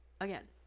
again